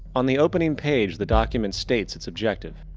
on the opening page the document states its objective.